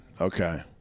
Okay